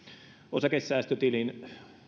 osakesäästötilin